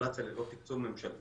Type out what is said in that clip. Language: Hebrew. רגולציה ללא תקצוב ממשלתי